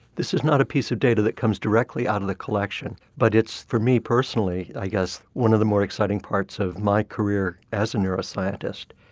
this is not a piece of data that comes directly out of the collection, but it's for me personally i guess one of the more exciting parts of my career as a neuroscientist,